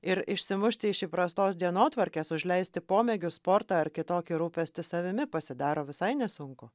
ir išsimušti iš įprastos dienotvarkės užleisti pomėgius sportą ar kitokį rūpestį savimi pasidaro visai nesunku